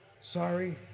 Sorry